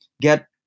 get